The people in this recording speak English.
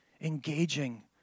engaging